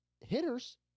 hitters